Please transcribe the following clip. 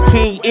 King